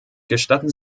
gestatten